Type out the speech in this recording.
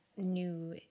new